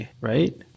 right